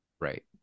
Right